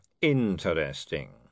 Interesting